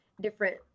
different